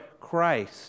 Christ